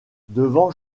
devant